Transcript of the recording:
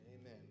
Amen